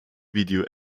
video